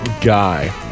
guy